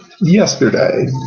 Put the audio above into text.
yesterday